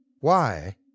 Why